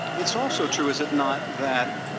it's also true, is it not, that